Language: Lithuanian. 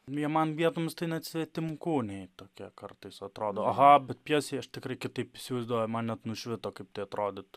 jie man vietomis tai net svetimkūniai tokie kartais atrodo aha bet pjesėj aš tikrai kitaip įsivaizduoju man net nušvito kaip tai atrodytų